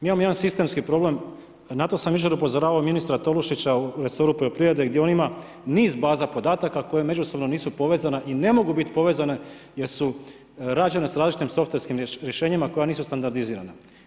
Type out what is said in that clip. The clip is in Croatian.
Mi imamo jedan sistemski problem, na to sam jučer upozoravao ministra Tolušića u resoru poljoprivrede, gdje on ima niz baza podataka koje međusobno nisu povezane i ne mogu biti povezane jer su rađene s različitim softverskim rješenjima koja nisu standardizirana.